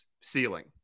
ceiling